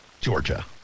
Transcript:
Georgia